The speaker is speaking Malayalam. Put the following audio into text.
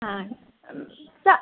ആ ച്ച